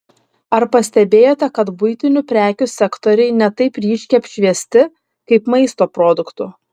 ar pastebėjote kad buitinių prekių sektoriai ne taip ryškiai apšviesti kaip maisto produktų